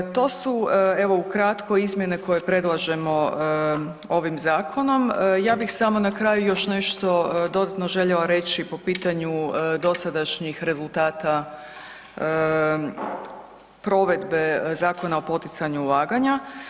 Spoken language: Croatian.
To su evo ukratko izmjene koje predlažemo ovim zakonom, ja bih samo na kraju još nešto dodatno željela reći po pitanju dosadašnjih rezultata provedbe Zakona o poticanju ulaganja.